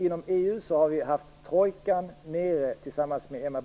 Inom EU har vi haft trojkan där nere tillsammans med kommissionären Emma